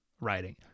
writing